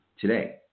today